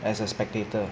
as a spectator